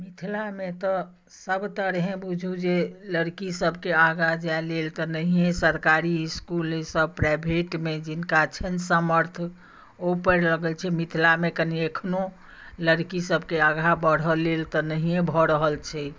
मिथिला मे तऽ सब तरहे बुझू जे लड़की सबके आगाँ जाए लेल तऽ नहिये सरकारी इसकुल ईसब प्राइभेट मे जिनका छनि सामर्थ ओ पढ़ि रहल छै मिथिला मे कनी एखनो लड़की सबके आगाँ बढ़ए लेल तऽ नहिये भऽ रहल छै